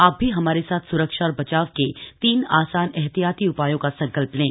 आप भी हमारे साथ स्रक्षा और बचाव के तीन आसान एहतियाती उपायों का संकल्प लें